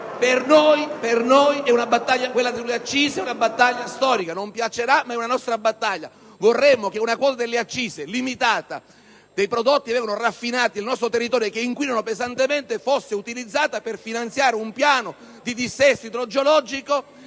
accise è una battaglia storica; non piacerà, ma è una nostra battaglia. Vorremmo che una quota limitata delle accise sui prodotti che vengono raffinati nel nostro territorio, e che inquinano pesantemente, fosse utilizzata per finanziare un piano di riassetto idrogeologico